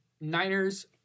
Niners